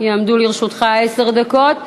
יעמדו לרשותך עשר דקות.